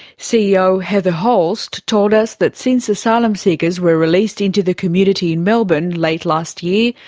ceo heather holst told us that since asylum seekers were released into the community in melbourne late last year,